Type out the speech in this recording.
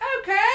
okay